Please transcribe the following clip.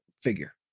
figure